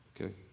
okay